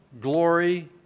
glory